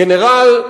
// גנרל,